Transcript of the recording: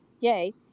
yay